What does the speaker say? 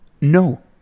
no